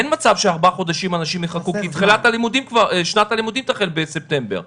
אין מצב שארבעה חודשים יחכו כי שנת הלימודים תחל בספטמבר.